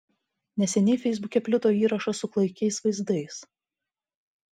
neseniai feisbuke plito įrašas su klaikiais vaizdais